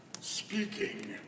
Speaking